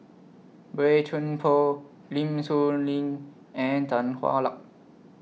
Boey Chuan Poh Lim Soo Ngee and Tan Hwa Luck